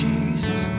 Jesus